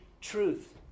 truth